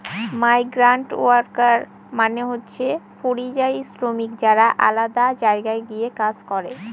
migrant worker মানে হচ্ছে পরিযায়ী শ্রমিক যারা আলাদা জায়গায় গিয়ে কাজ করে